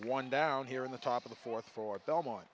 one down here in the top of the fourth for belmont